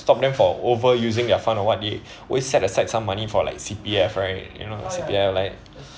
stop them for over using their fund or what they always set aside some money for like C_P_F right you know the C_P_F like